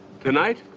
Tonight